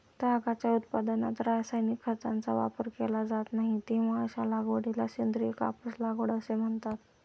तागाच्या उत्पादनात रासायनिक खतांचा वापर केला जात नाही, तेव्हा अशा लागवडीला सेंद्रिय कापूस लागवड असे म्हणतात